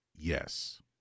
Yes